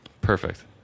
perfect